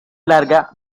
larga